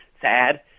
sad